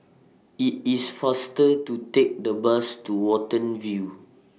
IT IS faster to Take The Bus to Watten View